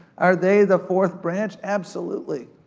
are they the fourth branch? absolutely.